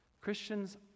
Christians